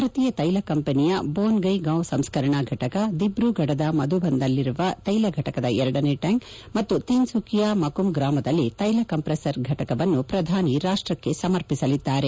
ಭಾರತೀಯ ತೈಲ ಕಂಪನಿಯ ಬೋನ್ ಗೈ ಗಾಂವ್ ಸಂಸ್ಕರಣಾ ಘಟಕ ದಿಬ್ರು ಗಢದ ಮಧುಬನ್ನಲ್ಲಿರುವ ತೈಲ ಫಟಕದ ಎರಡನೇ ಟ್ಹಾಂಕ್ ಮತ್ತು ತೀನ್ಸುಕಿಯಾ ಮಕುಮ್ ಗ್ರಾಮದಲ್ಲಿ ತೈಲ ಕಂಪ್ರೆಸ್ಲರ್ ಫಟಕವನ್ನು ಶ್ರಧಾನಿ ರಾಷ್ಟಕ್ಕೆ ಸಮರ್ಪಿಸಲಿದ್ದಾರೆ